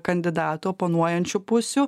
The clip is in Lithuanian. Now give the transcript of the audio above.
kandidatų oponuojančių pusių